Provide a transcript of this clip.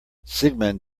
sigmund